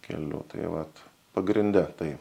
keliu tai vat pagrinde tai